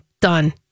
Done